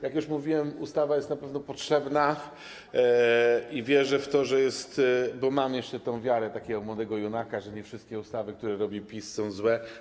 Jak już mówiłem, ustawa jest na pewno potrzebna i wierzę w to - bo mam jeszcze wiarę takiego młodego junaka - że nie wszystkie ustawy, które robi PiS, są złe.